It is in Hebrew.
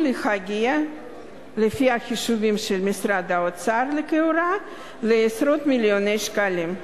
להגיע לפי החישובים של האוצר לכאורה לעשרות מיליוני שקלים.